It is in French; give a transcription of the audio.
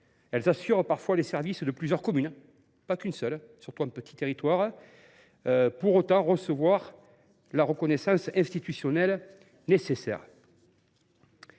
!– assurent parfois les services de plusieurs communes, et pas que d’une seule, surtout dans les petits territoires, sans pour autant recevoir la reconnaissance institutionnelle nécessaire.